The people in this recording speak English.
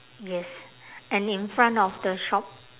yes and in front of the shop